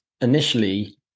initially